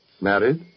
Married